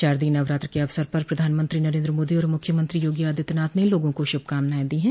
शारदीय नवरात्र के अवसर पर प्रधानमंत्री नरेन्द्र मोदी और मुख्यमंत्री योगी आदित्यनाथ ने लोगों को शुभकामनायें दी है